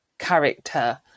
Character